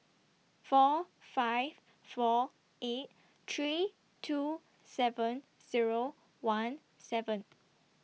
four five four eight three two seven Zero one seven